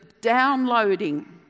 downloading